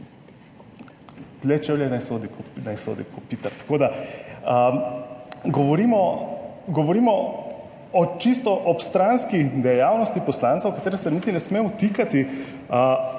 o čisto obstranski dejavnosti poslanca, v katere se niti ne sme vtikati.